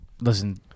listen